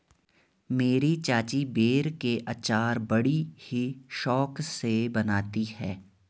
मेरी चाची बेर के अचार बड़ी ही शौक से बनाती है